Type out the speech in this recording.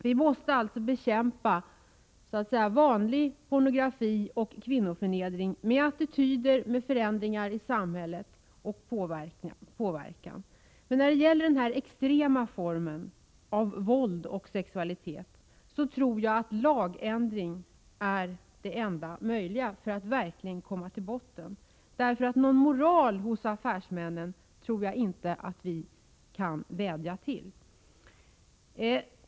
Vi måste således bekämpa vanlig pornografi och kvinnoförnedring med attityder, med förändringar i samhället och påverkan. Men när det gäller den extrema formen av våld och sexualitet tror jag att lagändring är det enda möjliga för att verkligen komma till botten med problemet. Någon moral hos affärsmännen tror jag inte vi kan vädja till.